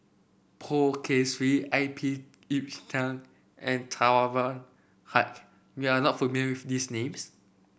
Poh Kay Swee I P Yiu Tung and Haque you are not familiar with these names